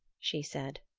she said.